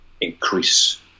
increase